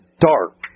dark